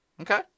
Okay